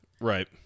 Right